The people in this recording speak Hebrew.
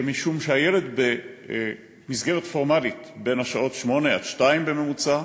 שמשום שהילד במסגרת פורמלית בין השעות 08:00 עד 14:00 בממוצע,